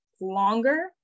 longer